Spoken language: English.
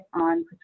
on